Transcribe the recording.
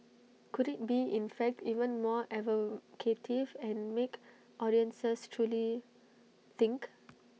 could IT be in fact even more evocative and make audiences truly think